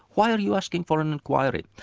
why are you asking for an inquiry?